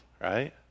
right